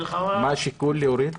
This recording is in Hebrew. מה השיקול להוריד?